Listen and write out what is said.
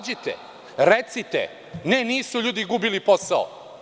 Izađite, recite – ne nisu ljudi gubili posao.